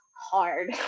Hard